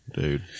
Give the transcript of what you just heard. dude